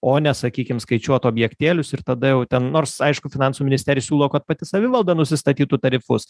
o ne sakykim skaičiuot objektėlius ir tada jau ten nors aišku finansų ministerija siūlo kad pati savivalda nusistatytų tarifus